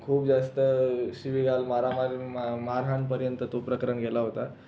खूप जास्त शिवीगाळ मारामारी मा मारहाणीपर्यंत तो प्रकरण गेला होता